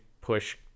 push